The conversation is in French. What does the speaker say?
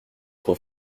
trop